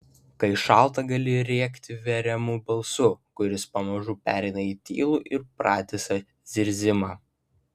kai šalta gali rėkti veriamu balsu kuris pamažu pereina į tylų ir pratisą zirzimą